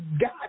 God